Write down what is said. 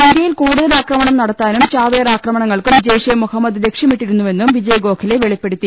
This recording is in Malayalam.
ഇന്ത്യയിൽ കൂടുതൽ ആക്രമണംനടത്താനും ചാവേർ ആക്രമ ണങ്ങൾക്കും ജയ്ഷെ മുഹമ്മദ് ലക്ഷ്യമിട്ടിരുന്നുവെന്നും വിജയ് ഗോഖലെ വെളിപ്പെടുത്തി